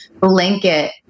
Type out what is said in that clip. blanket